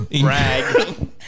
brag